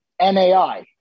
NAI